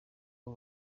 abo